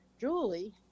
Julie